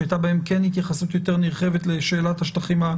שהייתה בהן כן התייחסות יותר נרחבת לשאלת השטחים,